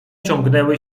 ciągnęły